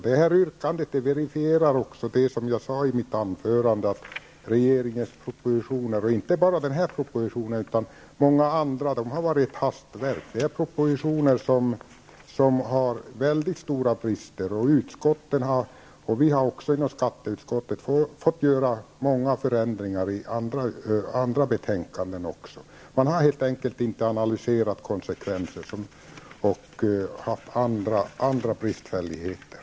Det yrkandet verifierar också det som jag sade i mitt anförande, att regeringens propositioner -- inte bara den här utan också många andra -- har varit hastverk. Det är propositioner med väldigt stora brister. Utskotten har -- också vi inom skatteutskottet -- fått göra många förändringar även i andra betänkanden. Man har helt enkelt inte analyserat konsekvenser, och det har också funnits andra bristfälligheter.